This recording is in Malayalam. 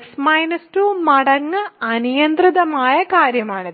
x 2 മടങ്ങ് അനിയന്ത്രിതമായ കാര്യമാണ്